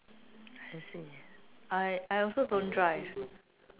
I see I I also don't drive